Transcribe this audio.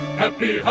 happy